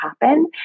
happen